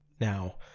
Now